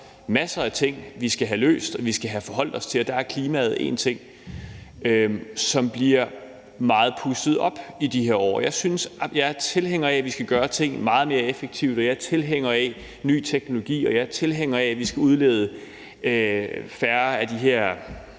masser af ting, som vi skal have løst og vi skal forholde os til, og der er klimaet er én ting, som i de her år bliver blæst meget op. Jeg er tilhænger af, at vi skal gøre tingene meget mere effektivt, og jeg er tilhænger af ny teknologi, og jeg er tilhænger af, at vi skal udlede mindre af de her